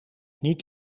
niet